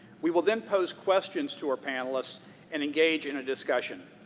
we will then pose questions to our panelists and engage in a discussion.